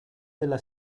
della